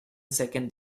second